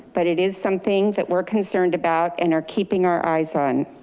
but it is something that we're concerned about and are keeping our eyes on.